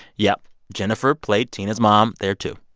yeah, jenifer played tina's mom there, too.